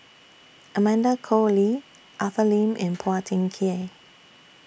Amanda Koe Lee Arthur Lim and Phua Thin Kiay